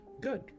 Good